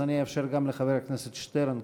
אני אאפשר גם לחבר הכנסת שטרן.